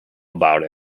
about